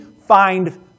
find